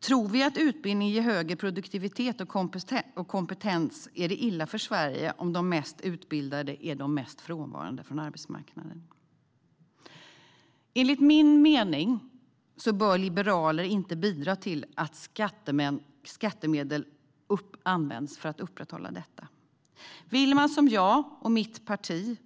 Tror vi att utbildning ger högre produktivitet och kompetens är det illa för Sverige om de mest utbildade är de mest frånvarande från arbetsmarknaden. Enligt min mening bör liberaler inte bidra till att skattemedel används för att upprätthålla detta. Vill man som jag och mitt parti